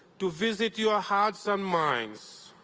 to visit your hearts and minds,